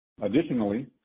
Additionally